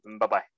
Bye-bye